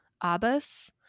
Abbas